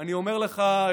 אני אומר לך,